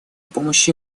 помощи